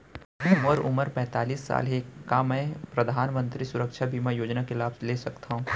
मोर उमर पैंतालीस साल हे का मैं परधानमंतरी सुरक्षा बीमा योजना के लाभ ले सकथव?